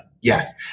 Yes